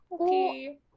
okay